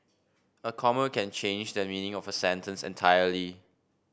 a comma can change the meaning of a sentence entirely